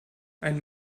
ein